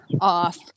off